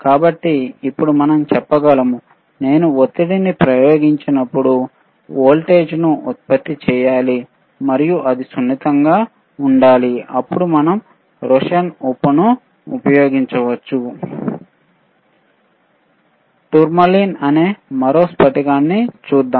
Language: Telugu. కాబట్టి ఇప్పుడు మనం చెప్పగలము నేను ఒత్తిడిని ప్రయోగించినప్పుడు వోల్టేజ్ను ఉత్పత్తి చేయాలి మరియు అది సున్నితంగా ఉండాలి అప్పుడు మనం రోషెల్ ఉప్పును ఉపయోగించవచ్చు టూర్మాలిన్ అనే మరో స్ఫటికాన్ని చూద్దాం